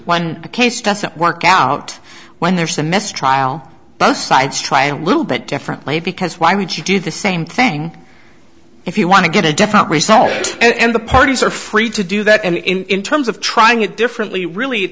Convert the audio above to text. a case doesn't work out when there's a mess trial both sides try a little bit differently because why would you do the same thing if you want to get a different result and the parties are free to do that and in terms of trying it differently really